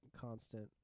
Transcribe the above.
constant